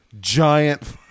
giant